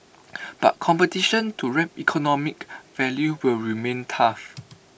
but competition to reap economic value will remain tough